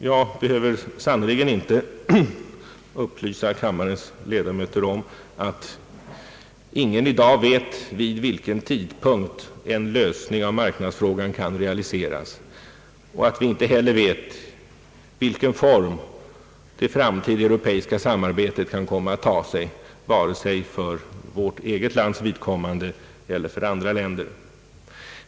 Jag behöver sannerligen inte upplysa kammarens ledamöter om att ingen i dag vet vid vilken tidpunkt en lösning av marknadsfrågan kan realiseras. Vi vet heller inte vilken form det framtida europeiska samarbetet kan komma att ta vare sig för vårt eget lands eller andra länders vidkommande.